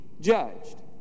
judged